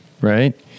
right